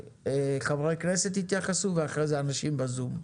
חברי כנסת יתייחסו ואחרי זה אנשים בזום,